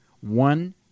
one